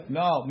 no